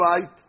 fight